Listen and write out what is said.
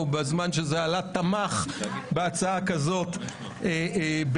בזמן שזה עלה תמך בהצעה כזאת בעבר.